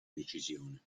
decisione